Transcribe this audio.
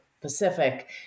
Pacific